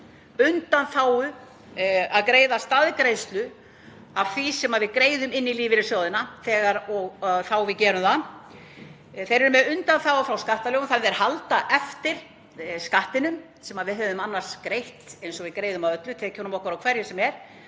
frá því að greiða staðgreiðslu af því sem við greiðum inn í lífeyrissjóðina þegar við gerum það. Þeir eru með undanþágu frá skattalögum, þeir halda eftir skattinum sem við hefðum annars greitt eins og við greiðum af öllu, af tekjunum okkar og hverju sem er.